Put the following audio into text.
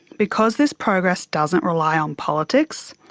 because this progress doesn't rely on politics,